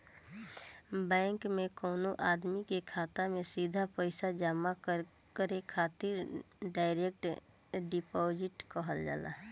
bank में कवनो आदमी के खाता में सीधा पईसा जामा करे के तरीका डायरेक्ट डिपॉजिट कहल जाला